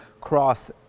cross